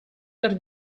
per